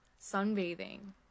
sunbathing